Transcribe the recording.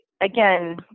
again